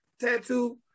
tattoo